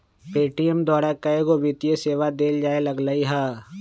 Paytm द्वारा कएगो वित्तीय सेवा देल जाय लगलई ह